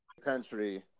Country